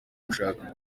gushaka